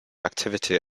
activity